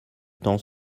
temps